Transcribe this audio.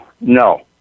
no